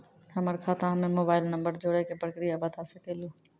हमर खाता हम्मे मोबाइल नंबर जोड़े के प्रक्रिया बता सकें लू?